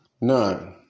none